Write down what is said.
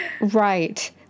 Right